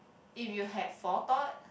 if you have forethought